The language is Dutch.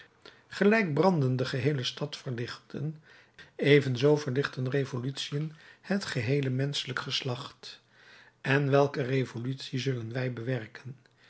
gelijk branden de geheele stad verlichten evenzoo verlichten revolutiën het geheele menschelijk geslacht en welke revolutie zullen wij bewerken